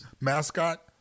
mascot